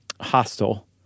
hostile